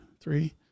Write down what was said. Three